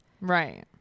Right